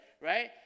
right